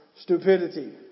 stupidity